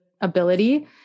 ability